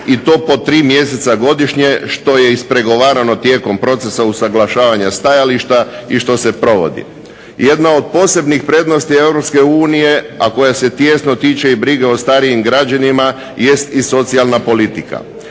i to po tri mjeseca godišnje što je ispregovarano tijekom procesa usuglašavanja stajališta i što se provodi. Jedna od posebnih prednosti EU, a koja se tijesno tiče i brige o starijim građanima jest i socijalna politika.